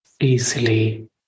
easily